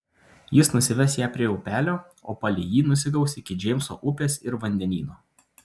jis nusives ją prie upelio o palei jį nusigaus iki džeimso upės ir vandenyno